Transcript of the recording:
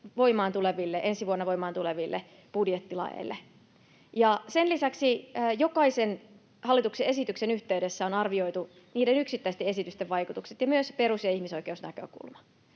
ensi vuonna voimaan tuleville budjettilaeille. Sen lisäksi jokaisen hallituksen esityksen yhteydessä on arvioitu niiden yksittäisten esitysten vaikutukset ja myös perus- ja ihmisoikeusnäkökulma.